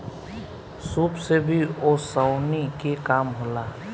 सूप से भी ओसौनी के काम होला